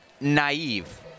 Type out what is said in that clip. naive